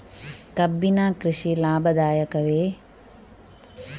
ಕಬ್ಬಿನ ಕೃಷಿ ಲಾಭದಾಯಕವೇ?